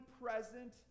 present